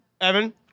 Evan